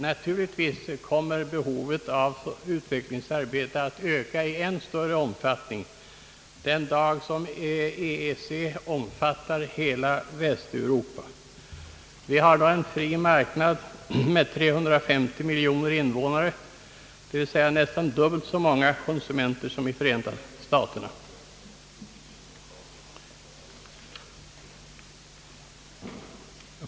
Naturligtvis kommer behovet av utveckligsarbete att öka i än större omfattning den dag EEC omfattar hela Västeuropa. Vi har då en fri marknad med 350 miljoner invånare, d. v. s. nästan dubbelt så många konsumenter som 1 Förenta staterna.